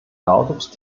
lautet